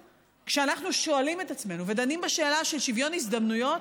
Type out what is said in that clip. כשאנחנו שואלים את עצמנו ודנים בשאלה של שוויון הזדמנויות,